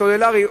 הסלולרי,